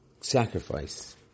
sacrifice